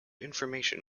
information